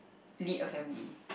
lead a family